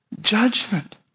judgment